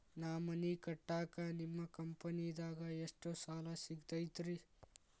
ನಾ ಮನಿ ಕಟ್ಟಾಕ ನಿಮ್ಮ ಕಂಪನಿದಾಗ ಎಷ್ಟ ಸಾಲ ಸಿಗತೈತ್ರಿ?